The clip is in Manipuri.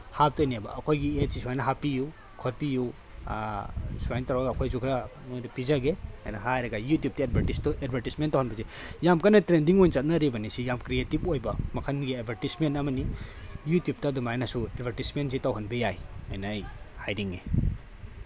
ꯍꯥꯞꯇꯣꯏꯅꯦꯕ ꯑꯩꯈꯣꯏꯒꯤ ꯑꯦꯠꯁꯤ ꯁꯨꯃꯥꯏꯅ ꯍꯥꯞꯄꯤꯌꯨ ꯈꯣꯠꯄꯤꯌꯨ ꯁꯨꯃꯥꯏꯅ ꯇꯧꯔꯒ ꯑꯩꯈꯣꯏꯁꯨ ꯈꯔ ꯅꯣꯏꯗ ꯄꯤꯖꯒꯦ ꯑꯅ ꯍꯥꯏꯔꯒ ꯌꯨꯇꯨꯕꯇ ꯑꯦꯠꯚꯔꯇꯤꯁꯇꯣ ꯑꯦꯠꯚꯔꯇꯤꯁꯃꯦꯟ ꯇꯧꯍꯟꯕꯁꯤ ꯌꯥꯝ ꯀꯟꯅ ꯇ꯭ꯔꯦꯟꯗꯤꯡ ꯑꯣꯏꯅ ꯆꯠꯅꯔꯤꯕꯅꯤ ꯁꯤ ꯌꯥꯝ ꯀ꯭ꯔꯤꯌꯦꯇꯤꯞ ꯑꯣꯏꯕ ꯃꯈꯜꯒꯤ ꯑꯦꯠꯚꯔꯇꯤꯁꯃꯦꯟ ꯑꯃꯅꯤ ꯌꯨꯇꯨꯕꯇ ꯑꯗꯨꯃꯥꯏꯅꯁꯨ ꯑꯦꯠꯚꯔꯇꯤꯁꯃꯦꯟꯁꯤ ꯇꯧꯍꯟꯕ ꯌꯥꯏ ꯍꯥꯏꯅ ꯑꯩ ꯍꯥꯏꯅꯤꯡꯉꯤ